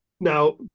now